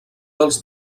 dels